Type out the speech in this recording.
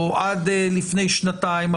או עד לפני שנתיים,